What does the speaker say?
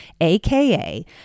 AKA